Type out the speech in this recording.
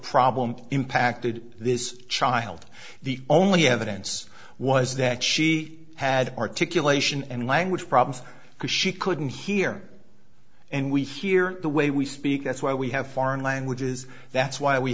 problem impacted this child the only evidence was that she had articulation and language problems because she couldn't hear and we hear the way we speak that's why we have foreign languages that's why we